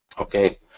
okay